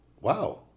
wow